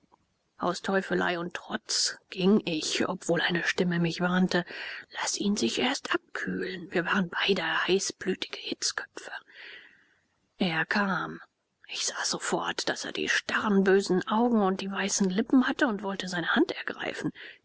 aus teufelei und trotz ging ich obwohl eine stimme mich warnte laß ihn sich erst abkühlen wir waren beide heißblütige hitzköpfe er kam ich sah sofort daß er die starren bösen augen und die weißen lippen hatte und wollte seine hand ergreifen